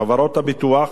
חברות הביטוח,